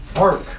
work